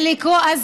אני מקשיב לעצתו.